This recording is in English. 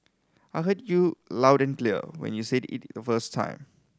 I heard you loud and clear when you said it the first time